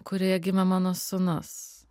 kurioje gimė mano sūnus